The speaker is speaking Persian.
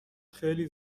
خیلی